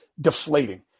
deflating